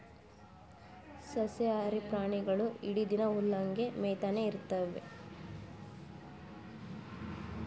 ಸಸ್ಯಾಹಾರಿ ಪ್ರಾಣಿಗೊಳ್ ಇಡೀ ದಿನಾ ಹುಲ್ಲ್ ಹಂಗೆ ಮೇಯ್ತಾನೆ ಇರ್ತವ್